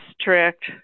strict